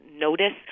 notice